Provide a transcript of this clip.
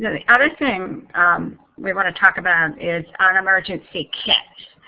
the other thing we want to talk about is an emergency kit.